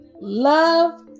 love